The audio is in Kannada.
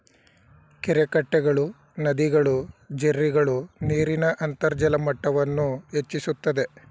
ಕೆರೆಕಟ್ಟೆಗಳು, ನದಿಗಳು, ಜೆರ್ರಿಗಳು ನೀರಿನ ಅಂತರ್ಜಲ ಮಟ್ಟವನ್ನು ಹೆಚ್ಚಿಸುತ್ತದೆ